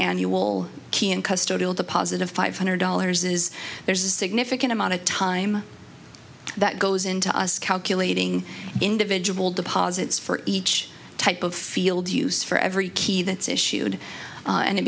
annual key custody will deposit a five hundred dollars is there's a significant amount of time that goes into us calculating individual deposits for each type of field use for every key that's issued and it